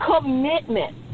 commitment